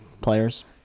players